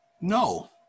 No